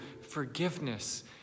forgiveness